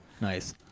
Nice